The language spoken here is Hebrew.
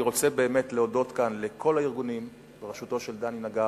אני רוצה באמת להודות כאן לכל הארגונים בראשותו של דני נגר,